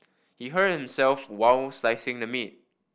he hurt himself while slicing the meat